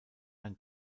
ein